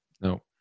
No